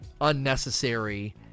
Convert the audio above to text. Unnecessary